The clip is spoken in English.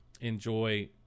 enjoy